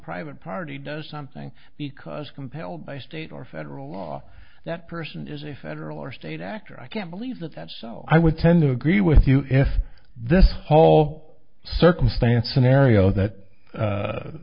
private party does something because compelled by state or federal law that person is a federal or state actor i can't believe that that's so i would tend to agree with you if this whole circumstance an area that